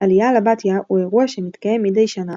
עליה לבתיה הוא אירוע שמתקיים מדי שנה